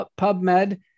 PubMed